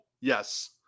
yes